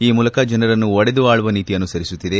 ಈ ಮೂಲಕ ಜನರನ್ನು ಒಡೆದು ಆಳುವ ನೀತಿ ಅನುಸರಿಸುತ್ತಿದೆ